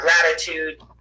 gratitude